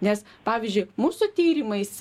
nes pavyzdžiui mūsų tyrimais